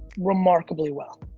remarkably well.